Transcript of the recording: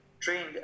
trained